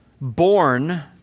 born